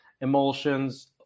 Emulsions